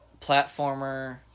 Platformer